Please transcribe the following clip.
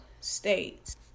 states